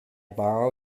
borrow